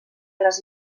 les